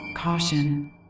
Caution